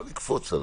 לא לקפוץ עליי.